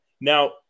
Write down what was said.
Now